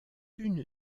une